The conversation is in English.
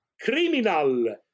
Criminal